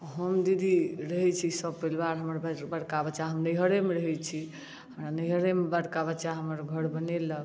हम दीदी रहै छी सपरिवार हमर बड़का बच्चा हम नैहरे मे रहै छी हमरा नैहरे मे बड़का बच्चा हमर घर बनेलक